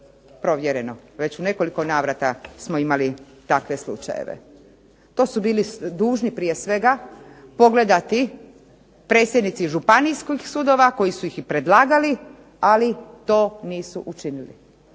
provjereno. Već u nekoliko navrata smo imali takve slučajeve. To su bili dužni prije svega pogledati predsjednici Županijskih sudova koji su ih i predlagali, ali to nisu učinili.